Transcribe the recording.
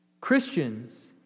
Christians